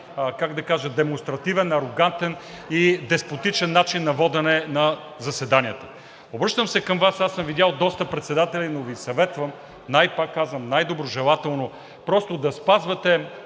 как да кажа, с демонстративен, арогантен и деспотичен начин на водене на заседанията. Обръщам се към Вас, аз съм видял доста председатели, но Ви съветвам, пак казвам, най-доброжелателно, просто да спазвате